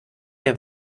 der